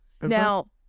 Now